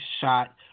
shot